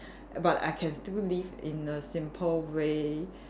but I can still live in a simple way